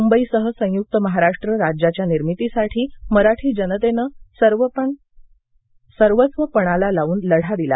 मुंबईसह संयुक्त महाराष्ट्र राज्याच्या निर्मितीसाठी मराठी जनतेनं सर्वस्व पणाला लावून लढा दिला